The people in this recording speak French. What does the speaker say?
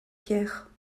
pierre